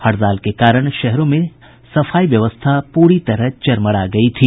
हड़ताल के कारण शहरों में सफाई व्यवस्था पूरी तरह चरमरा गयी थी